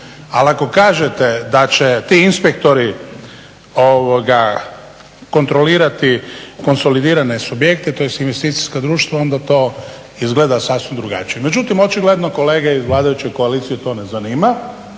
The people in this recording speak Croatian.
ali ako kažete da će ti inspektori kontrolirati konsolidirane subjekte tj. investicijska društva onda to izgleda sasvim drugačije. Međutim, očigledno kolege iz vladajuće koalicije to ne zanima